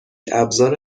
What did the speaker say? ابزار